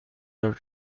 her